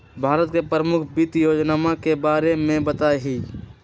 भारत के प्रमुख वित्त योजनावन के बारे में बताहीं